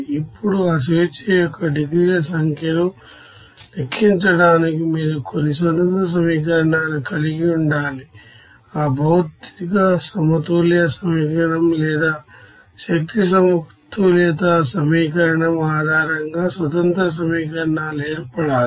ఇప్పుడు ఆ degrees of freedom సంఖ్యను లెక్కించడానికి మీరు కొన్ని ఇండిపెండెంట్ ఈక్వేషన్ కలిగి ఉండాలి ఆ మెటీరియల్ బాలన్స్ ఈక్వేషన్ లేదా ఎనర్జీ బాలన్స్ ఈక్వేషన్ ఆధారంగా ఇండిపెండెంట్ ఈక్వేషన్ ఏర్పడాలి